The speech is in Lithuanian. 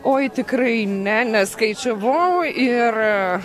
oi tikrai ne neskaičiavau ir